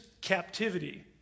captivity